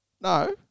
No